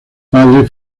padre